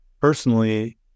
personally